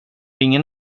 ingen